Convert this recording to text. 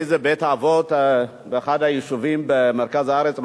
איזה בית-אבות באחד היישובים במרכז הארץ,